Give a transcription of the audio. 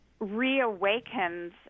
reawakens